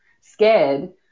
scared